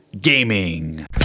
gaming